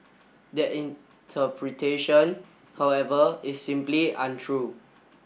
that interpretation however is simply untrue